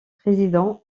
président